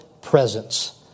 presence